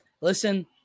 Listen